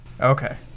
Okay